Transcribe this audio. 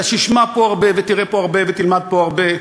אתה תשמע פה הרבה ותראה פה הרבה ותלמד פה הרבה,